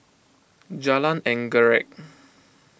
Jalan Anggerek